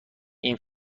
این